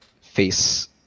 face